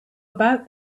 about